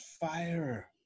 fire